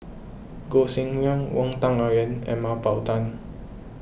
Gog Sing Hooi Wang Dayuan and Mah Bow Tan